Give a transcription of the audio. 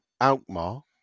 Alkmaar